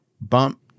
bump